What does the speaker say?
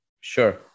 Sure